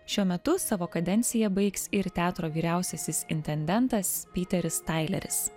šiuo metu savo kadenciją baigs ir teatro vyriausiasis intendantas pyteris taileris